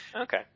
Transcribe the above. Okay